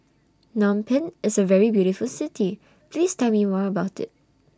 Phnom Penh IS A very beautiful City Please Tell Me More about IT